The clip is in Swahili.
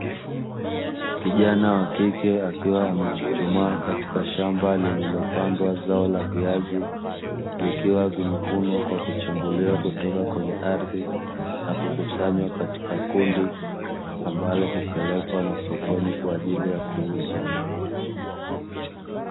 Kijana wakike akiwa amechuchumaa katika shamba lililopandwa zao la viazi, wakiwa vimevunwa na kuchambuliwa kutoka kwenye ardhi na kukusanywa katika kundi ambalo hupelekwa masokoni kwa ajili kuuzwa.